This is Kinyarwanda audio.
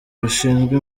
rushinzwe